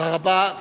תודה רבה.